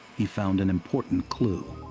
he found an important clue